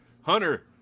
Hunter